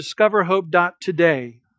discoverhope.today